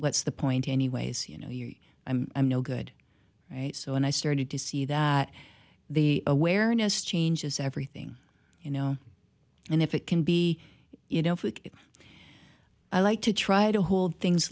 what's the point anyways you know you're i'm i'm no good so and i started to see that the awareness changes everything you know and if it can be you know i like to try to hold things